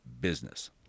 business